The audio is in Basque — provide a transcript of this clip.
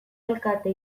alkate